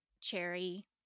cherry